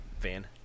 Van